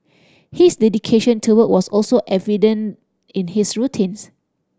his dedication to work was also evident in his routines